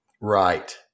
Right